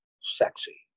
sexy